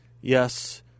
Yes